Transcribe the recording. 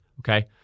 Okay